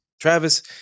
Travis